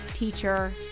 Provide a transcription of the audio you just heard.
teacher